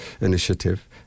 initiative